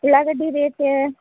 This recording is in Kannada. ಉಳ್ಳಾಗಡ್ಡೆ ರೇಟ